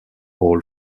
all